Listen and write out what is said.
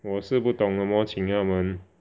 我是不懂怎么请他们